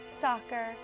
soccer